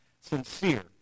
sincere